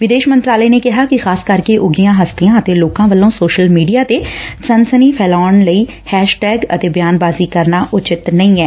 ਵਿਦੇਸ਼ ਮੰਤਰਾਲੇ ਨੇ ਕਿਹਾ ਕਿ ਖ਼ਾਸ ਕਰਕੇ ਉੱਘੀਆਂ ਹਸਤੀਆਂ ਅਤੇ ਲੋਕਾਂ ਵੱਲੋਂ ਸੋਸ਼ਲ ਮੀਡੀਆ ਤੇ ਸਨਸਨੀ ਫੈਲਾਉਣ ਲਈ ਹੈਸ਼ਟੈਗ ਅਤੇ ਬਿਆਨਬਾਜੀ ਕਰਨਾ ਉਚਿਤ ਨਹੀਂ ਐ